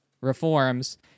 reforms